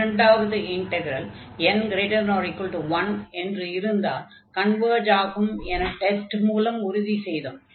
இரண்டாவது integral n≥1 என்று இருந்தால் கன்வர்ஜ் ஆகும் என டெஸ்ட் மூலம் உறுதி செய்தோம்